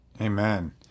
amen